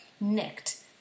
nicked